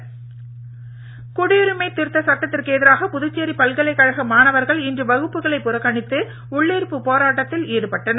மாணவர் ஆர்ப்பாட்டம் குடியுரிமை திருத்த சட்டத்திற்கு எதிராக புதுச்சேரி பல்கலைக்கழக மாணவர்கள் இன்று வகுப்புகளைப் புறக்கணித்து உள்ளிருப்பு போராட்டத்தில் ஈடுபட்டனர்